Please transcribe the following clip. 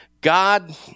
God